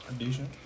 Addition